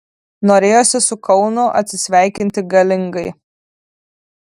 norėjosi su kaunu atsisveikinti galingai